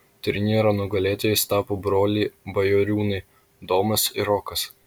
turnyro nugalėtojais tapo broliai bajoriūnai domas ir rokas